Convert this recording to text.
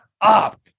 up